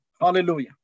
Hallelujah